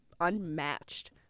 unmatched